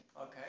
okay